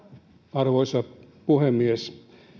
arvoisa puhemies